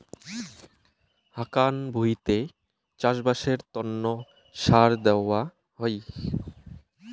হাকান ভুঁইতে চাষবাসের তন্ন সার দেওয়া হই